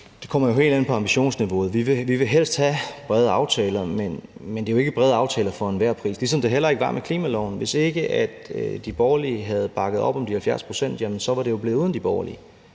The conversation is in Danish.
Det kommer jo helt an på ambitionsniveauet. Vi vil helst have brede aftaler, men det er jo ikke brede aftaler for enhver pris – ligesom det heller ikke var i forhold til klimaloven. Hvis ikke de borgerlige havde bakket op om de 70 pct., jamen så var det jo blevet uden de borgerlige.